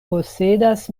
posedas